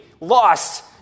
lost